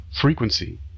frequency